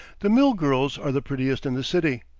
the mill girls are the prettiest in the city.